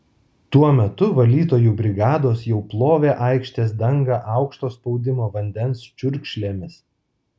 tuo metu valytojų brigados jau plovė aikštės dangą aukšto spaudimo vandens čiurkšlėmis